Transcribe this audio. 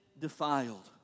defiled